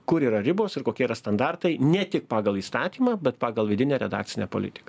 kur yra ribos ir kokie yra standartai ne tik pagal įstatymą bet pagal vidinę redakcinę politiką